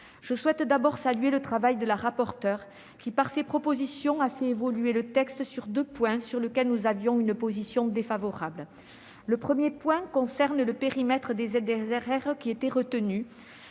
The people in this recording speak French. Je tiens d'abord à saluer le travail de la rapporteure qui, par ses propositions, a fait évoluer le texte sur deux points sur lesquels nous avions une position défavorable. Le premier point concerne le périmètre retenu,